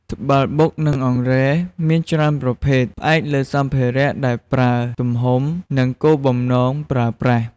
ត្បាល់បុក និងអង្រែមានច្រើនប្រភេទ ផ្អែកលើសម្ភារៈដែលប្រើ, ទំហំ, និងគោលបំណងប្រើប្រាស់។